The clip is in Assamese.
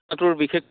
ৰাস্তাটোৰ বিশেষ